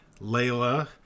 Layla